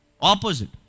Opposite